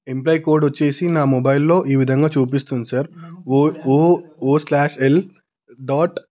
employee code వచ్చేసి నా మొబైల్లో ఈ విధంగా చూపిస్తుంది sir O O O slash L dot